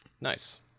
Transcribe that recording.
Nice